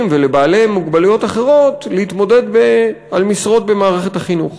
ולבעלי מוגבלויות אחרות להתמודד על משרות במערכת החינוך.